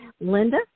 Linda